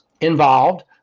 involved